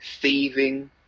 thieving